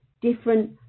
different